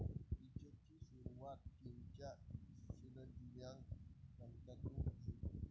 पीचची सुरुवात चीनच्या शिनजियांग प्रांतातून झाली